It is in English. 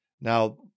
Now